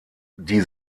die